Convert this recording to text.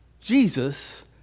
Jesus